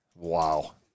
wow